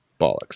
Bollocks